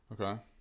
Okay